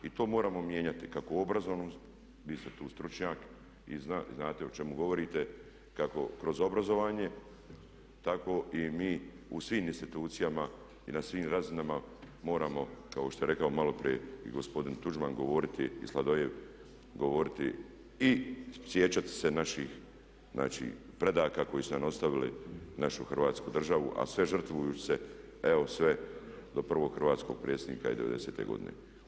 I to moramo mijenjati kako u obrazovnom, vi ste tu stručnjak i znate o čemu govorite, kako kroz obrazovanje tako i mi u svim institucijama i na svim razinama moramo kao što je rekao malo prije i gospodin Tuđman govoriti i Sladoljev govoriti i sjećati se naših, znači predaka koji su nam ostavili našu Hrvatsku državu, a sve žrtvujući se evo sve do prvog hrvatskog predsjednika i devedesete godine.